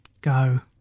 Go